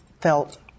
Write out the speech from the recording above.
felt